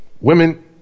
women